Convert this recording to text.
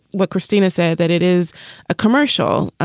what christina said that it is a commercial,